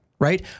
Right